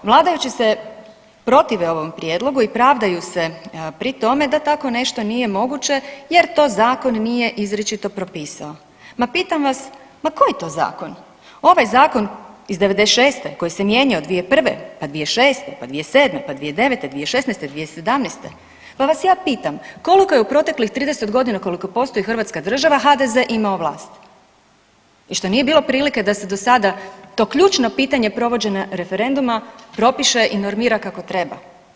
Vladajući se protive ovom prijedlogu i pravdaju se pri tome da tako nešto nije moguće jer to zakon nije izričito propisao, ma pitam vas ma koji to zakon, ovaj zakon iz '96. koji se mijenjao 2001., pa 2006., pa 2007., pa 2009., 2016., 2017., pa vas ja pitam koliko je u proteklih 30.g. koliko postoji hrvatska država HDZ imao vlast i što nije bilo prilike da se do sada to ključno pitanje provođenja referenduma propiše i normira kako treba?